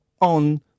on